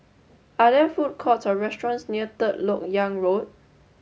are there food courts or restaurants near Third Lok Yang Road